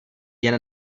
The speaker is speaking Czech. jen